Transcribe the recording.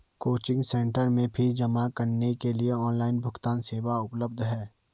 Coaching centre में fees जमा करने के लिए ऑनलाइन भुगतान सेवा उपलब्ध है क्या?